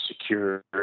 secure